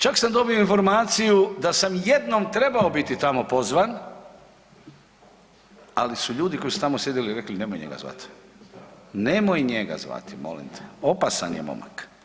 Čak sam dobio informaciju da sam jednom trebao biti tamo pozvan, ali su ljudi koji su tamo sjedili rekli nemoj njega zvat, nemoj njega zvati molim te, opasan je momak.